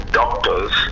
doctors